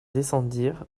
descendirent